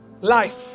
life